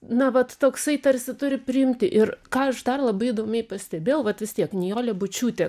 na vat toksai tarsi turi priimti ir ką aš dar labai įdomiai pastebėjau kad vis tiek nijolė bučiūtė